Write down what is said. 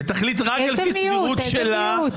ותחליט רק על פי הסבירות שלה.